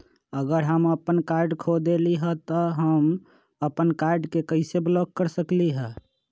अगर हम अपन कार्ड खो देली ह त हम अपन कार्ड के कैसे ब्लॉक कर सकली ह?